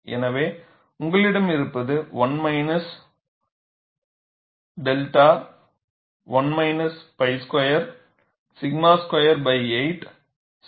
எனவே உங்களிடம் இருப்பது 1 minus 𝛅 1 minus pi square 𝛔 square 8 𝛔 square ys